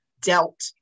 dealt